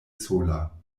sola